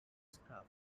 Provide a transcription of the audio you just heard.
spacecraft